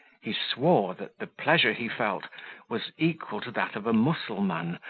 he swore, that the pleasure he felt was equal to that of a mussulman,